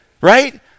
right